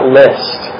list